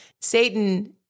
Satan